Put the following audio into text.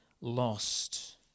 lost